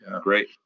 Great